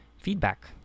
feedback